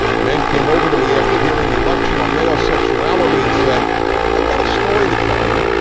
a man came over to me after hearing me lecture on male sexuality and said i've got a story to tell you.